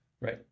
right